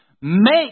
Make